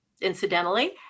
incidentally